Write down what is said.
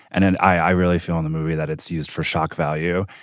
and then i really feel in the movie that it's used for shock value.